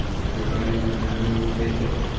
everybody we know will be hit,